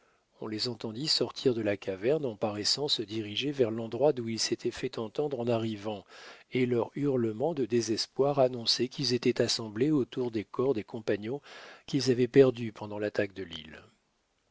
on les entendit sortir de la caverne en paraissant se diriger vers l'endroit d'où ils s'étaient fait entendre en arrivant et leurs hurlements de désespoir annonçaient qu'ils étaient assemblés autour des corps des compagnons qu'ils avaient perdus pendant l'attaque de l'île